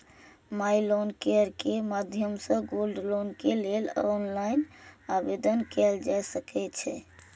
माइ loan care के माध्यम सं गोल्ड लोन के लेल ऑनलाइन आवेदन कैल जा सकै छै